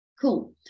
cool